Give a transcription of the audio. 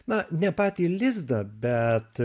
na ne patį lizdą bet